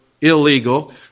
illegal